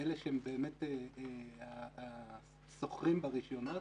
אלה השוכרים ברישיונות